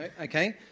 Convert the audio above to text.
Okay